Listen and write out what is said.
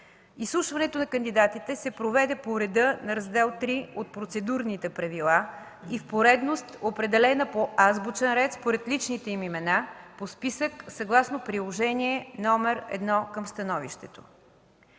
Изслушването на кандидатите се проведе по реда на Раздел III от Процедурните правила и в поредност, определена по азбучен ред според личните им имена, по списък, съгласно Приложение № 1 към становището.